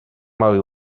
małej